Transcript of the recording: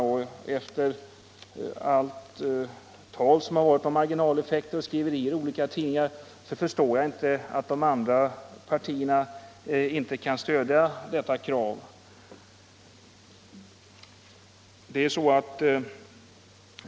Och efter allt tal och alla skriverier i olika tidningar om de effekterna förstår jag inte att inte övriga partier kan stödja det kravet.